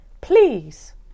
please